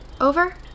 Over